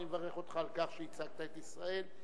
אני מברך אותך על כך שייצגת את ישראל.